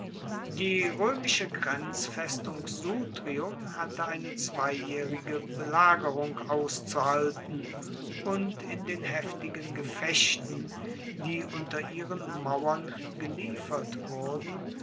die roemische grenzfestung sutrium hatte eine zweijaehrige belagerung auszuhalten und in den heftigen gefechten die unter ihren mauern geliefert wurden